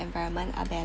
environment are balance